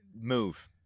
move